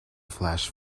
flash